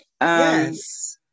Yes